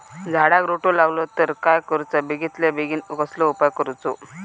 झाडाक रोटो लागलो तर काय करुचा बेगितल्या बेगीन कसलो उपाय करूचो?